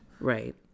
right